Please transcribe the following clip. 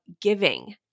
giving